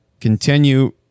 continue